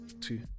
two